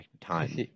time